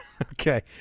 Okay